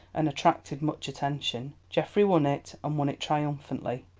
and attracted much attention. geoffrey won it and won it triumphantly.